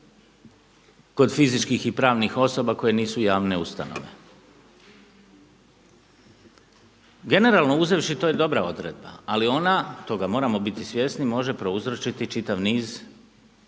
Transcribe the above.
kod fizičkih i pravni osoba koje nisu javne ustanove. Generalno uzevši to je dobra odredba, toga moramo biti svjesni može prouzročiti čitav niz problema.